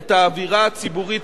את האווירה הציבורית,